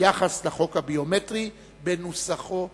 ביחס לחוק הביומטרי בנוסחו המקורי,